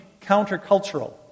countercultural